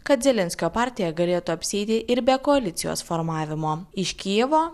kad zelenskio partija galėtų apsieiti ir be koalicijos formavimo iš kijevo